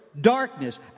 darkness